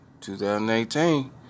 2018